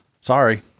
Sorry